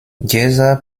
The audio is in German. dieser